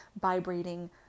vibrating